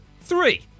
Three